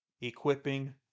Equipping